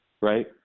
right